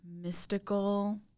mystical